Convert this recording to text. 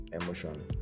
emotion